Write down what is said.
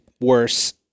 Worse